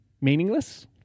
meaningless